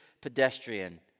pedestrian